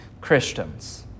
Christians